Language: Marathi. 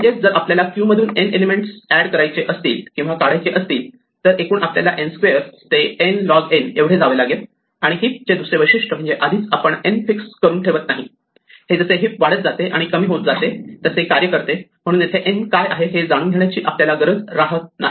म्हणजेच जर आपल्याला क्यू मधून n एलिमेंट्स एड करायचे असतील किंवा काढायचे असतील तर एकूण आपल्याला n2 ते n लॉग n एवढे जावे लागेल आणि हिप चे दुसरे वैशिष्ट्य म्हणजे आधीच आपण n फिक्स करून ठेवत नाही हे जसे हिप वाढत जाते आणि कमी होत जाते तसे कार्य करते म्हणून इथे n काय आहे हे जाणून घेण्याची आपल्याला गरज राहत नाही